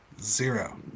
zero